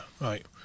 right